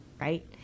right